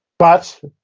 but,